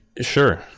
Sure